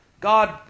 God